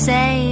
Say